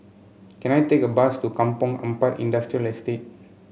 can I take a bus to Kampong Ampat Industrial Estate